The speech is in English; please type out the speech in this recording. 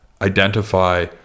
identify